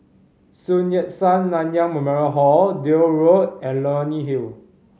Sun Yat Sen Nanyang Memorial Hall Deal Road and Leonie Hill